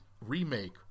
remake